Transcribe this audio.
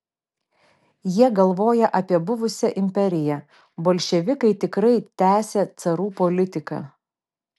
jie galvoja apie buvusią imperiją bolševikai tikrai tęsią carų politiką